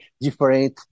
different